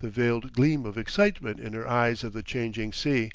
the veiled gleam of excitement in her eyes of the changing sea